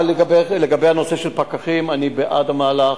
אבל לגבי הנושא של פקחים, אני בעד המהלך.